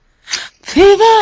fever